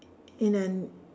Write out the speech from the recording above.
in an